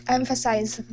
emphasize